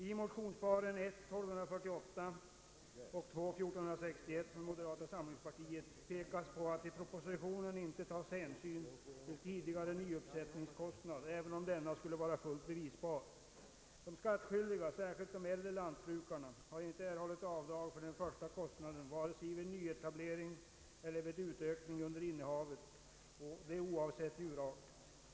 I motionerna I: 1248 och II: 1461 av moderata samlingspartiet pekas på att i propositionen inte tas hänsyn till tidigare nyuppsättningskostnad även om denna skulle vara fullt bevisbar. De skattskyldiga, särskilt de äldre lantbrukarna, har inte erhållit avdrag för den första kostnaden vare sig vid nyetablering eller vid utökning under innehavet, och detta oavsett djurart.